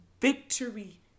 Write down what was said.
victory